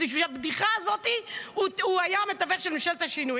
בשביל הבדיחה הזאת הוא היה המתווך של ממשלת השינוי.